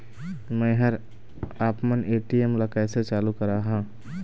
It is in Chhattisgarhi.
मैं हर आपमन ए.टी.एम ला कैसे चालू कराहां?